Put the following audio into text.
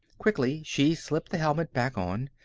quickly, she slipped the helmet back on.